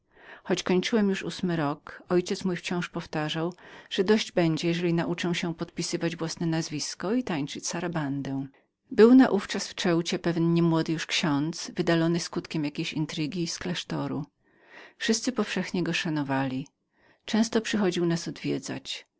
kończyłem już ósmy rok ale ojciec mój powtarzał że dość będzie jeżeli nauczę się podpisywać własne nazwisko i tańczyć sarabandę był naówczas w ceucie pewien ksiądz odesłany na pokutę z jakiegoś klasztoru wszyscy powszechnie go szanowali często przychodził nas odwiedzać